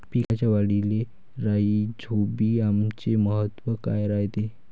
पिकाच्या वाढीले राईझोबीआमचे महत्व काय रायते?